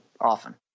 often